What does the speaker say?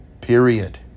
period